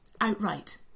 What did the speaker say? outright